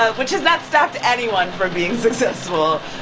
ah which has not stopped anyone from being successful.